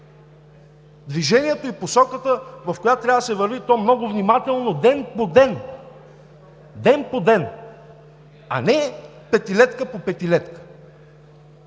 движението и посоката, в която трябва да се върви, и то много внимателно, ден по ден. Ден по ден, а не петилетка по петилетка.